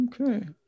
Okay